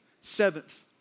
Seventh